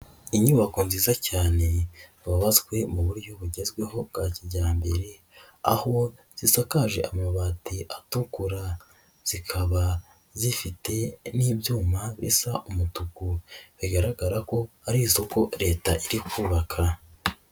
Inyubako nziza cyane zubatswe mu buryo bugezweho bwa kijyambere, aho zisakaje amabati atukura zikaba zifite n'ibyuma bisa umutuku, bigaragara ko ari isoko leta iri kubaka.